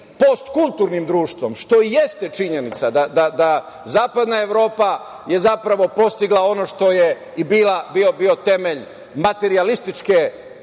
postkulturnim društvom, što i jeste činjenica. Zapadna Evropa je zapravo postigla ono što je i bio temelj materijalističke